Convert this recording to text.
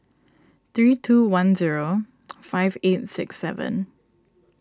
three two one zero five eight six seven